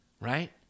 right